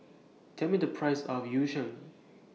Tell Me The Price of Yu Sheng